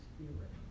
Spirit